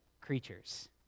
creatures